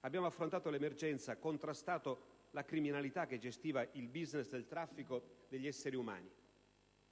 Abbiamo affrontato l'emergenza, contrastato la criminalità che gestiva il *business* del traffico degli esseri umani.